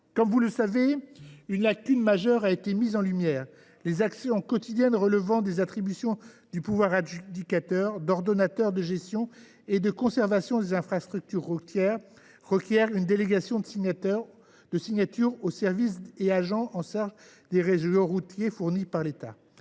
Comme vous le savez, une lacune majeure a été identifiée : les actions quotidiennes relevant des attributions de pouvoir adjudicateur et d’ordonnateur, en matière de gestion et de conservation des infrastructures routières, requièrent une délégation de signature aux services et agents chargés des réseaux routiers fournis par l’État.